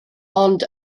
ond